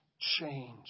change